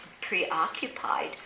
preoccupied